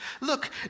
Look